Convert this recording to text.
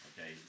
Okay